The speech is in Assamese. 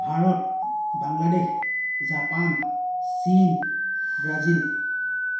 ভাৰত বাংলাদেশ জাপান চীন ব্ৰাজিল